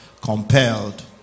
Compelled